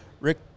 Rick